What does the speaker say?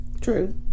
true